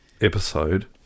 episode